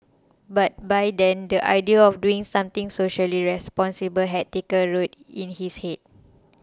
but by then the idea of doing something socially responsible had taken root in his head